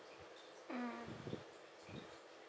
mm